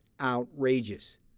outrageous